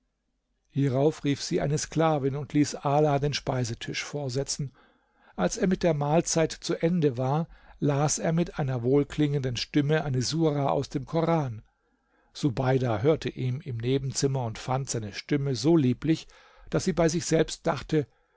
hierauf rief sie eine sklavin und ließ ala den speisetisch vorsetzen als er mit der mahlzeit zu ende war las er mit einer wohlklingenden stimme eine sura aus dem koran subeida hörte ihm im nebenzimmer zu und fand seine stimme so lieblich daß sie bei sich selbst dachte